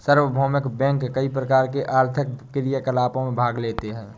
सार्वभौमिक बैंक कई प्रकार के आर्थिक क्रियाकलापों में भाग लेता है